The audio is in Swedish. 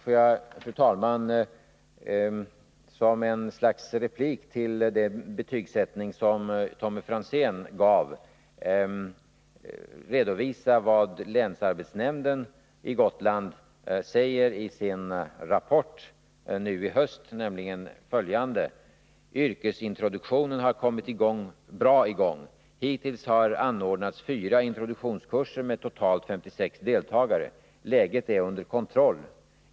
Får jag också, fru talman, som ett slags replik med anledning av den betygsättning som Tommy Franzén gav uttryck för redovisa vad länsarbetsnämnden på Gotland säger i sin rapport i höst: ”Yrkesintroduktionen har kommit bra i gång. Hittills har anordnats 4 introduktionskurser med totalt 56 deltagare. Läget är under kontroll.